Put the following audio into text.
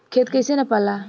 खेत कैसे नपाला?